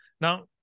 now